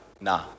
Nah